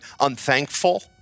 unthankful